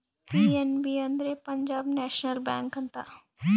PNB ಅಂದ್ರೆ Punjab National Bank ಅಂತ